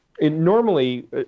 Normally